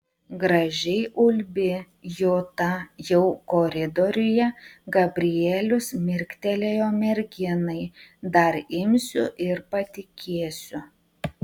gražiai ulbi juta jau koridoriuje gabrielius mirktelėjo merginai dar imsiu ir patikėsiu